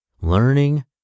learning